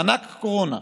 מענק קורונה.